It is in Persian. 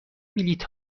بلیط